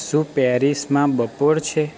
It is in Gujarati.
શું પેરિસમાં બપોર છે